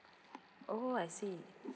oh I see